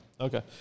Okay